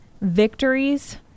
victories